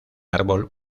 árbol